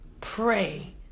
pray